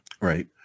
right